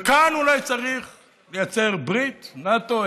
וכאן אולי צריך לייצר ברית נאט"ו,